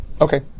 Okay